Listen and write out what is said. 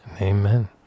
Amen